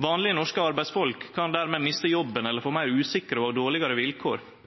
Vanlege norske arbeidsfolk kan dermed miste jobben eller få meir usikre eller dårlegare vilkår.